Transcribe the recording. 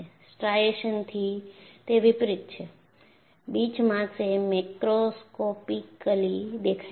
સ્ટ્રાઇશન્સથી તે વિપરીત છે બીચમાર્ક્સ એ મેક્રોસ્કોપિકલી દેખાય છે